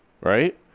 right